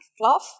cloth